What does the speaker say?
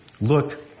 Look